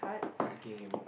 card game